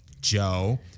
Joe